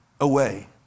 away